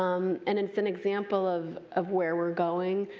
um and an so an example of of where we are going.